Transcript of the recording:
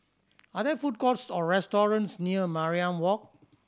are there food courts or restaurants near Mariam Walk